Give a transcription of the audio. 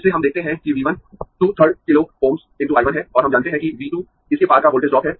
इससे हम देखते है कि V 1 2 3rd kilo Ω s × I 1 है और हम जानते है कि V 2 इसके पार का वोल्टेज ड्रॉप है